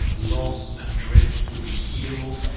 loss and drift would be healed.